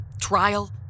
trial